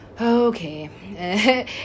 okay